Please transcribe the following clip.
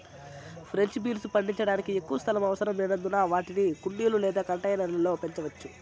French beans పండించడానికి ఎక్కువ స్థలం అవసరం లేనందున వాటిని కుండీలు లేదా కంటైనర్ల లో పెంచవచ్చు